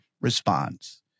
response